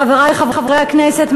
חברי חברי הכנסת,